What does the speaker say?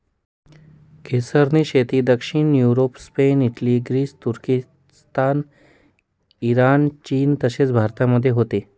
केसरची शेती दक्षिण युरोप, स्पेन, इटली, ग्रीस, तुर्किस्तान, इराण, चीन तसेच भारतामध्ये होते